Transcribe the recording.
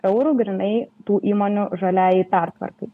eurų grynai tų įmonių žaliajai pertvarkai